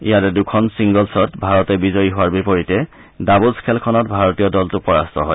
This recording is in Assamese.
ইয়াৰে দুখন ছিংগলছত ভাৰত বিজয়ী হোৱাৰ বিপৰীতে ডাবলছ খেলখনত ভাৰতীয় দলটো পৰাস্ত হয়